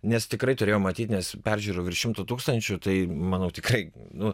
nes tikrai turėjo matyt nes peržiūrų virš šimto tūkstančių tai manau tikrai nu